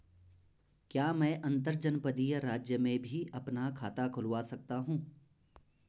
क्या मैं अंतर्जनपदीय राज्य में भी अपना खाता खुलवा सकता हूँ?